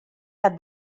have